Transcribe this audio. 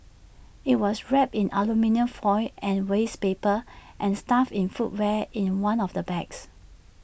IT was wrapped in aluminium foil and waste paper and stuffed in footwear in one of the bags